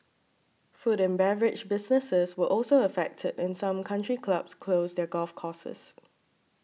food and beverage businesses were also affected and some country clubs closed their golf courses